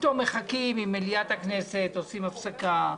פתאום מחכים עם מליאת הכנסת, עושים הפסקה.